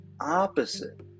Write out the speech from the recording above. opposite